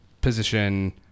position